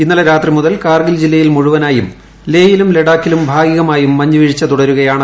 ഇന്നലെ രാത്രി മുതൽ കാർഗിൽ ജില്ലയിൽ മുഴുവനായും ലേയിലും ലഡാക്കിലും ഭാഗികമായും മഞ്ഞുവീഴ്ച തുടരുകയാണ്